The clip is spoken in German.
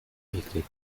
eklig